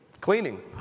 Cleaning